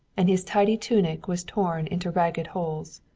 and his tidy tunic was torn into ragged holes.